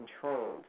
controlled